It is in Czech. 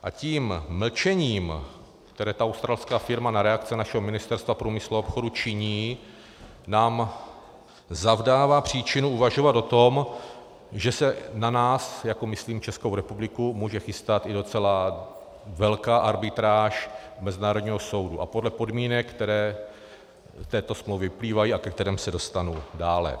A tím mlčením, které ta australská firma na reakce našeho Ministerstva průmyslu a obchodu činí, nám zavdává příčinu uvažovat o tom, že se na nás, myslím na Českou republiku, může chystat i docela velká arbitráž mezinárodního soudu, a to podle podmínek, které z této smlouvy vyplývají a ke kterým se dostanu dále.